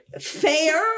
fair